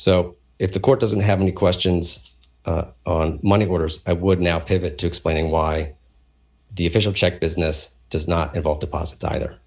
so if the court doesn't have any questions on money orders i would now pivot to explaining why the official check business does not involve deposits either